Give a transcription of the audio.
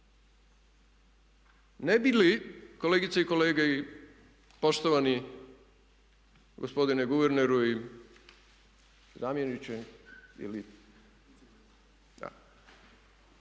Ne bi li, kolegice i kolege i poštovani gospodine guverneru ili zamjeniče,